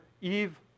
Eve